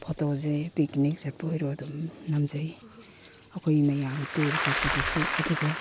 ꯐꯣꯇꯣꯁꯦ ꯄꯤꯛꯅꯤꯛ ꯆꯠꯄ ꯑꯣꯏꯔꯣ ꯑꯗꯨꯝ ꯅꯝꯖꯩ ꯑꯩꯈꯣꯏ ꯃꯌꯥꯝ ꯇꯨꯔ ꯆꯠꯄꯗꯁꯨ ꯑꯗꯨꯒ